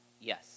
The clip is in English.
Yes